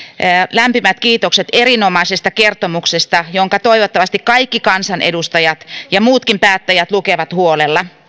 lämpimät kiitokset erinomaisesta kertomuksesta jonka toivottavasti kaikki kansanedustajat ja muutkin päättäjät lukevat huolella kertomuksessa